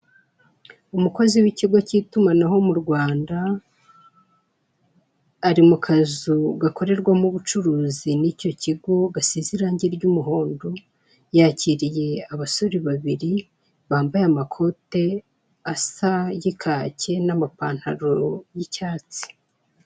Umukozi w'ikigo cy'itumanaho mu Rwanda ari mu kazu gakorerwamo ubucuruzi n'icyo kigo, gasize irange ry'umuhondo. Yakiriye abasore babiri bambaye amakote asa y'ikaki n'amapantaro y'icyatsi.